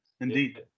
indeed